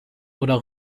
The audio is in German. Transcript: oder